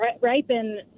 ripen